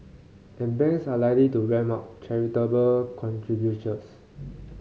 and banks are likely to ramp up charitable contributions